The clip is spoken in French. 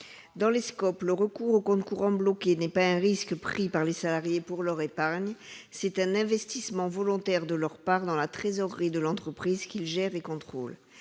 Dans les SCOP, le recours au compte courant bloqué n'est pas un risque pris par les salariés pour leur épargne, c'est un investissement volontaire de leur part dans la trésorerie de l'entreprise qu'ils gèrent et contrôlent.